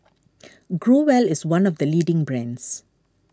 Growell is one of the leading brands